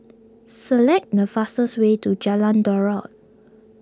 select the fastest way to Jalan Daud